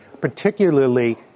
particularly